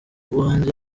ubuhanzi